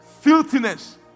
filthiness